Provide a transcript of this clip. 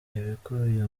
ibikubiye